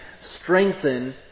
strengthen